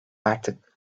artık